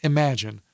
Imagine